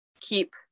keep